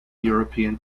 european